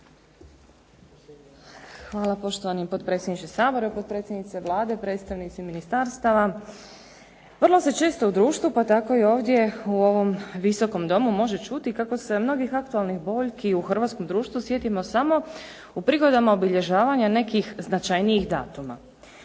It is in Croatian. Hvala, poštovani potpredsjedniče Sabora. Potpredsjednice Vlade, predstavnici ministarstava. Vrlo se često u društvu pa tako i ovdje u ovom Visokom domu može čuti kako se mnogih aktualnih boljki u hrvatskom društvu sjetimo samo u prigodama obilježavanja nekih značajnijih datuma.